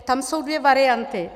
Tam jsou dvě varianty.